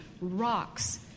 rocks